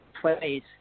place